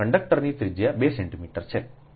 કંડક્ટરનું ત્રિજ્યા 2 સેન્ટિમીટર છે